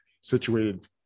situated